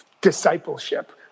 discipleship